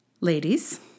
ladies